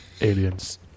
aliens